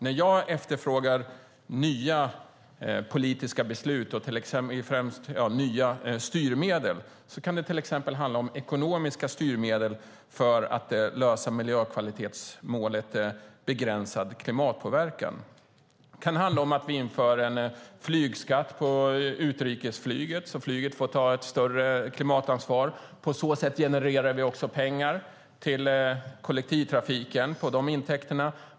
När jag efterfrågar nya politiska beslut och nya styrmedel kan det till exempel handla om ekonomiska styrmedel för att lösa miljökvalitetsmålet Begränsad klimatpåverkan. Det kan handla om att vi inför en flygskatt på utrikesflyget, så att flyget får ta ett större klimatansvar. På så sätt genererar vi också pengar till kollektivtrafiken.